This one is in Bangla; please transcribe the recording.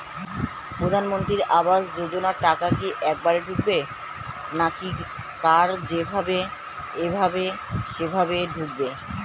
প্রধানমন্ত্রী আবাস যোজনার টাকা কি একবারে ঢুকবে নাকি কার যেভাবে এভাবে সেভাবে ঢুকবে?